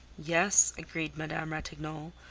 yes, agreed madame ratignolle.